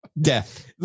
Death